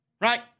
right